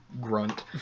Grunt